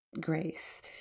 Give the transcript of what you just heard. grace